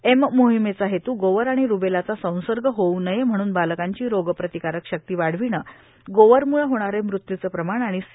M मोहिमेचा हेतू गोवर आणि रुबेलाचा संसर्ग होवू नये म्हणून बालकांची रोगप्रतिकारक शक्ती वाढविणे गोवरम्ळे होणारे मत्यूचे प्रमाण आणि सी